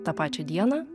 tą pačią dieną